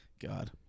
God